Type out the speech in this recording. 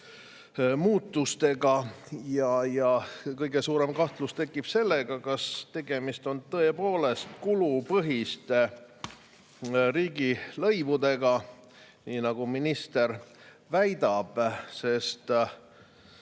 muutustega. Kõige suurem kahtlus tekib sellega, kas tegemist on tõepoolest kulupõhiste riigilõivudega, nii nagu minister väidab, sest